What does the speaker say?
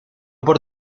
por